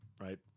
Right